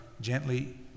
gently